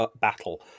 battle